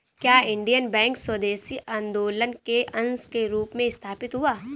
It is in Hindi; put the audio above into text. क्या इंडियन बैंक स्वदेशी आंदोलन के अंश के रूप में स्थापित हुआ?